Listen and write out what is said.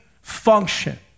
function